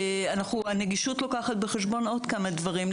הנגישות מביאה בחשבון עוד כמה דברים,